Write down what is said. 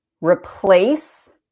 Replace